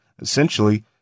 essentially